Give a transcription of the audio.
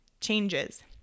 changes